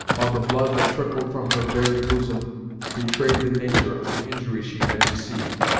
while the blood that trickled from her bared bosom betrayed the nature of the injury she had received.